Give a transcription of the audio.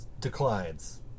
Declines